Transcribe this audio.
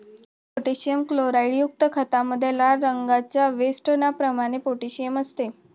potassium क्लोराईडयुक्त खतामध्ये लाल रंगाच्या वेष्टनाप्रमाणे पोटॅशियम असते